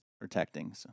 protecting